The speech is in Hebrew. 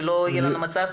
שלא יהיה לנו מצב,